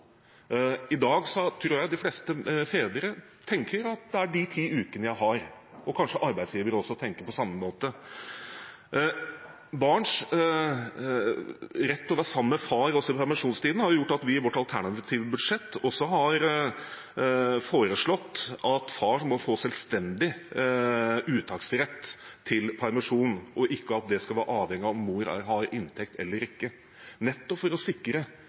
I dag tror jeg de fleste fedre tenker at det er de 10 ukene en har, og kanskje arbeidsgiver også tenker på samme måte. Barns rett til å være sammen med far i permisjonstiden har gjort at vi i vårt alternative budsjett også har foreslått at far må få selvstendig uttaksrett til permisjon, og ikke at det skal være avhengig av om mor har inntekt eller ikke – nettopp for å sikre